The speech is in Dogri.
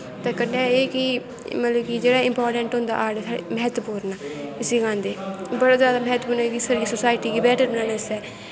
ते कन्नै एह् कि मतलव जेह्ड़ा इंपार्टैंट होंदा मैह्त्वपूर्ण इसी गलांदे बड़ा जादा मैह्त्वपूर्ण ऐ साढ़ी सोसाईटी गी बैह्तर बनानै आस्तै